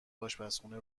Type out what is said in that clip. آشپزخونه